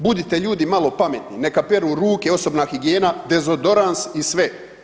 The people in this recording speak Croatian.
Budite ljudi malo pametni, neka peru ruke, osobna higijena, dezodorans i sve.